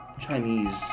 Chinese